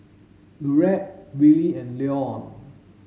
Laurette Willie and Leon